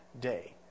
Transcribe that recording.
day